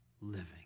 living